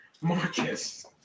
Marcus